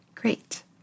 Great